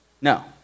No